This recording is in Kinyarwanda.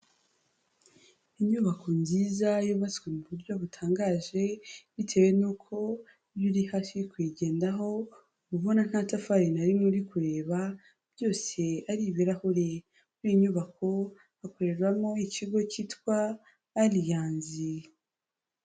Inyubako nziza yubatswe mu buryo butangaje, bitewe n'uko iyo uri hafi uri kuyigendaho, ubona nta tafari na rimwe uri kureba byose ari ibirahuri, muri iyi nyubako hakoreramo ikigo cyitwa Ariyanzi.